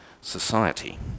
society